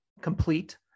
complete